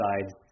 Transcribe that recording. sides